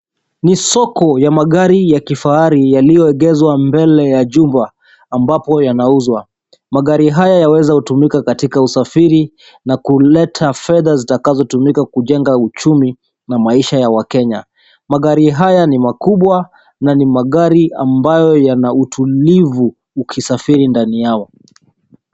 Ni soko ya magari ya kifahari yaliyoegeshwa mbele ya jumba ambapo yanauzwa. Magari haya yaweza kutumika katika usafiri na kuleta fedha zitakazo tumika kujenga uchumi na maisha ya wakenya. Magari haya ni makubwa na ni magari ambayo yana utulivu ukisafiri ndani yao.